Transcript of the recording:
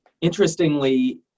interestingly